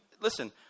listen